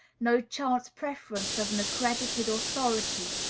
no chance preference of an accredited authority.